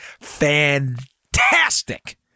fantastic